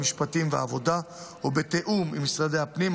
המשפטים והעבודה ובתיאום עם משרדי הפנים,